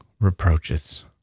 reproaches